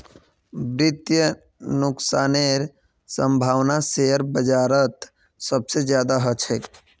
वित्तीय नुकसानेर सम्भावना शेयर बाजारत सबसे ज्यादा ह छेक